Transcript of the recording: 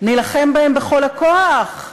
נילחם בהם בכל הכוח.